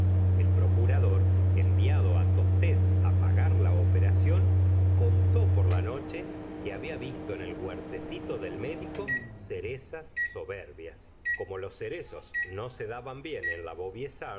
el procurador enviado tostes pagar la operación contó por la noche que había visto en el huertecito del médico cerezas soberbias como los cerezos no se daban bien en la